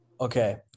Okay